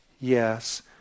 Yes